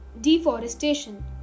Deforestation